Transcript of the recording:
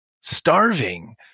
starving